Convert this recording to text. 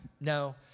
No